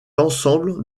ensemble